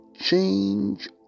change